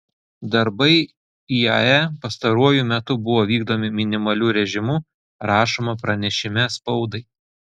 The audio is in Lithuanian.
darbai iae pastaruoju metu buvo vykdomi minimaliu režimu rašoma pranešime spaudai